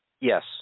yes